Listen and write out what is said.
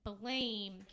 blame